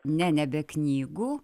ne ne be knygų